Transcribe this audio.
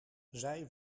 zij